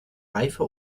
reife